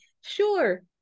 sure